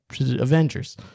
Avengers